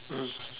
mm